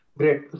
great